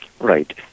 right